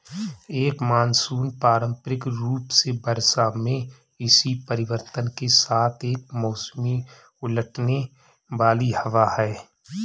एक मानसून पारंपरिक रूप से वर्षा में इसी परिवर्तन के साथ एक मौसमी उलटने वाली हवा है